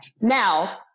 Now